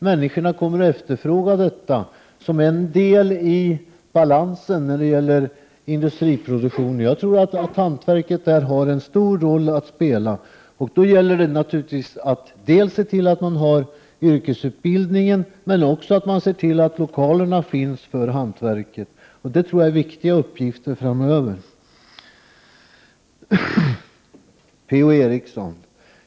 Människorna kommer att efterfråga hantverket, eftersom det utgör en balans till industriproduktionen. Hantverket kommer där att spela en stor roll. Det gäller då naturligtvis att se till att yrkesutbildning finns, men också att det finns lokaler för hantverket. Jag tror att detta blir viktiga uppgifter framöver.